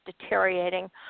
deteriorating